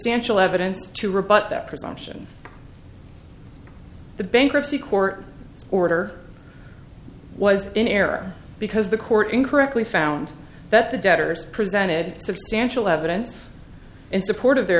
substantial evidence to rebut that presumption the bankruptcy court order i was in error because the court incorrectly found that the debtors presented substantial evidence in support of their